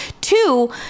Two